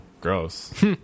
gross